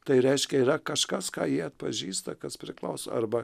tai reiškia yra kažkas ką jie atpažįsta kas priklauso arba